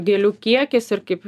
gėlių kiekiais ir kaip